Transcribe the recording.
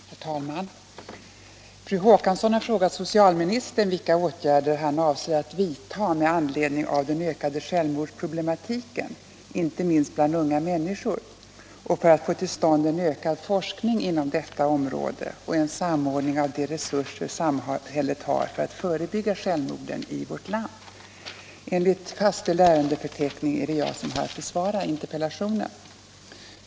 63, till herr socialministern, och anförde: Herr talman! Fru Håkansson har frågat socialministern vilka åtgärder han avser att vidta med anledning av den ökade självmordsproblematiken, inte minst bland unga människor, och för att få till stånd en ökad forskning inom detta område och en samordning av de resurser samhället har för att förebygga självmorden i vårt land. Enligt fastställd ärendefördelning är det jag som har att besvara interpellationen.